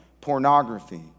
pornography